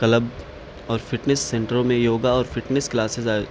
club اور fitness سینٹروں میں یوگا اور فٹنیس کلاسز